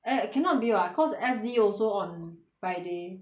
I cannot be [what] cause F_D also on friday